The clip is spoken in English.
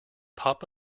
pop